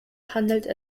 handelt